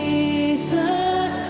Jesus